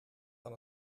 van